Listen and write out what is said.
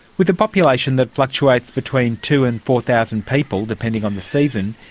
with a population that fluctuates between two and four thousand people depending on the season,